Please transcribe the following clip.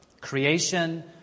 Creation